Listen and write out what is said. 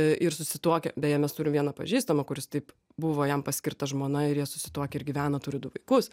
ir susituokia beje mes turim vieną pažįstamą kuris taip buvo jam paskirta žmona ir jie susituokę ir gyvena turi du vaikus